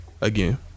again